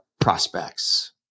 prospects